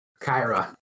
Kyra